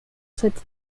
cette